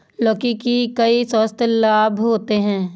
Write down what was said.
लौकी के कई स्वास्थ्य लाभ होते हैं